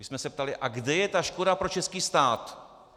My jsme se ptali: A kde je ta škoda pro český stát?